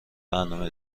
برنامه